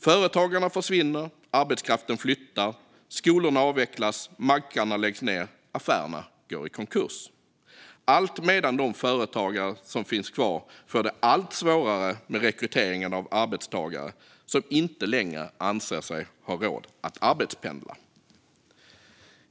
Företagarna försvinner, arbetskraften flyttar, skolorna avvecklas, mackarna läggs ned och affärerna går i konkurs, alltmedan de företag som finns kvar får det allt svårare med rekryteringen av arbetstagare som inte längre anser sig ha råd att arbetspendla.